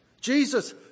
Jesus